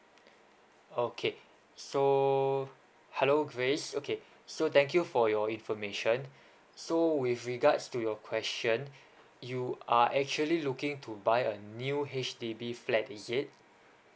okay so hello grace okay so thank you for your information so with regards to your question you are actually looking to buy a new H_D_B flat is it